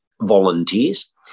volunteers